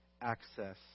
access